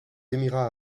émirats